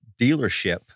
dealership